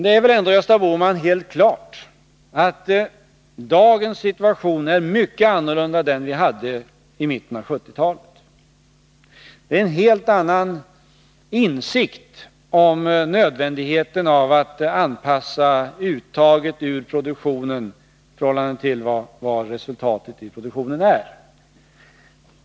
Det är väl ändå helt klart, Gösta Bohman, att dagens situation är mycket Nr 92 annorlunda mot den vi hade i mitten av 1970-talet. Det råder en helt annan Onsdagen den insikt om nödvändigheten av att anpassa uttaget ur produktionen till 10 mars 1982 resultatet av produktionen.